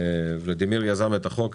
ולדימיר יזם את החוק,